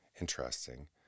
interesting